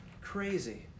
Crazy